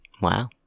Wow